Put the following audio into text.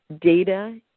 data